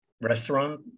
restaurant